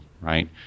right